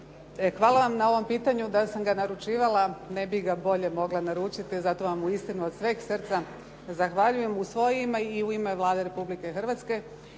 Hvala vam na ovom pitanju. Da sam ga naručivala, ne bi ga bolje mogla naručiti. Zato vam uistinu od sveg srca zahvaljujem, u svoje ime i u ime Vlade Republike Hrvatske